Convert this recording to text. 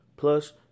Plus